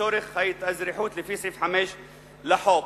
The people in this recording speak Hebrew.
לצורך ההתאזרחות לפי סעיף 5(א)(5) לחוק.